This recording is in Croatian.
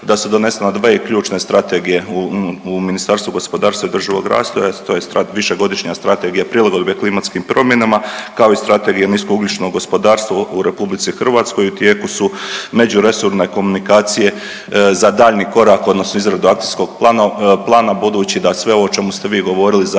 da su donesene dve ključne strategije u Ministarstvu gospodarstva i održivog razvoja, to je višegodišnja Strategija prilagodbe klimatskim promjenama, kao i Strategija nisko ugljičnog gospodarstva u RH. U tijeku su međuresorne komunikacije za daljnji korak odnosno izradu akcijskog plana budući da sve ovo o čemu ste vi govorili